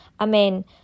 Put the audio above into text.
amen